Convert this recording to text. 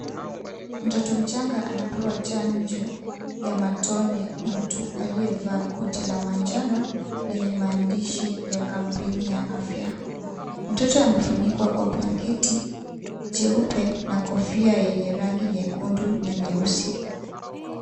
Mtoto mchanga anapewa chanjo ya matone na mtu aliyevaa koti la manjano lenye maandishi ya kampeni ya afya , mtoto amefunikwa kwa blanketi , jeupe na kofia lenye rangi nyekundu na nyeusi.